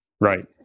Right